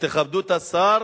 ותכבדו את השר,